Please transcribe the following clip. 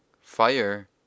Fire